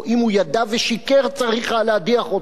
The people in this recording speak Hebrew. אם הוא ידע ושיקר, צריך היה להדיח אותו.